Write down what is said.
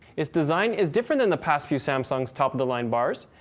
its design is different than the past few samsung top of the line soundbars,